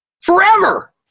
forever